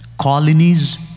colonies